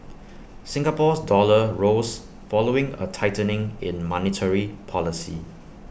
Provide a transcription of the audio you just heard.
Singapore's dollar rose following A tightening in monetary policy